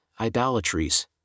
idolatries